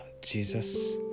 Jesus